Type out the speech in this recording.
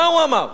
מה הוא אמר?